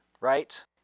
right